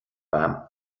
agam